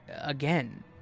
again